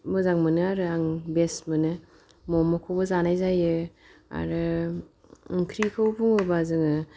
मोजां मोनो आरो आं बेस्ट मोनो मम'खौबो जानाय जायो आरो ओंख्रिखौ बुङोबा जोङो